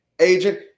Agent